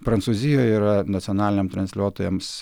prancūzijoje yra nacionaliniam transliuotojams